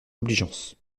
obligeance